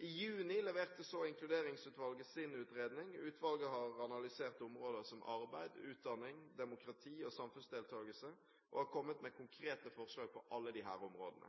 I juni leverte så Inkluderingsutvalget sin utredning. Utvalget har analysert områder som arbeid, utdanning, demokrati og samfunnsdeltakelse og har kommet med konkrete forslag på alle disse områdene.